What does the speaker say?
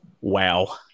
wow